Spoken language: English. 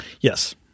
Yes